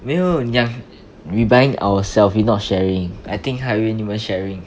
没有你讲 we buying ourself we not sharing I think 她以为你们 sharing